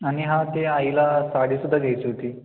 आणि हां ते आईला साडीसुद्धा घ्यायची होती